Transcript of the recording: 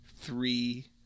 three